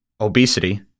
obesity